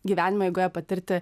gyvenimo eigoje patirti